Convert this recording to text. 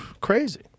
Crazy